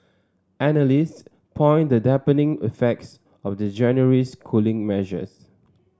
analyst point the dampening affects of the January's cooling measures